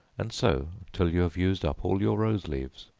and so till you have used up all your rose leaves.